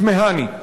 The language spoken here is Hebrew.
תמהני.